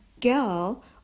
girl